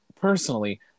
personally